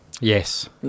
yes